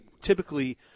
typically